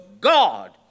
God